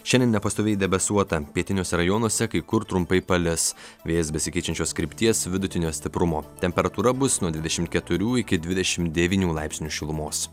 šiandien nepastoviai debesuota pietiniuose rajonuose kai kur trumpai palis vėjas besikeičiančios krypties vidutinio stiprumo temperatūra bus nuo dvidešim keturių iki dvidešim devynių laipsnių šilumos